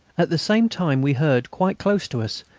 at the same time we heard, quite close to us,